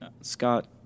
Scott